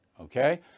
okay